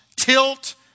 tilt